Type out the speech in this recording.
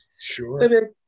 Sure